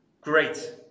Great